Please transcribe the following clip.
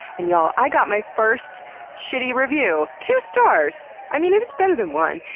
and y'all, i got my first shitty review. two stars! i mean, it is better than one.